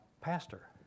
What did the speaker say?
pastor